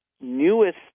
newest